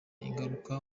ingaruka